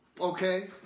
Okay